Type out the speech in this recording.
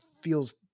feels